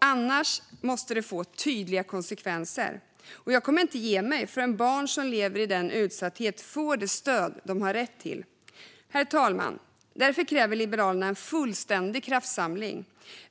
Annars måste det få tydliga konsekvenser. Jag kommer inte att ge mig förrän barn som lever i denna utsatthet får det stöd de har rätt till. Herr talman! Därför kräver Liberalerna en fullständig kraftsamling.